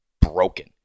broken